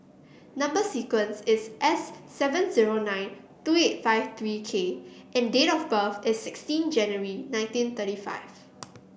number sequence is S seven zero nine two eight five three K and date of birth is sixteenth January nineteen thirty five